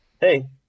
hey